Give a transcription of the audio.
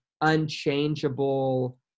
unchangeable